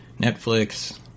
Netflix